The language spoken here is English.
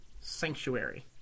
sanctuary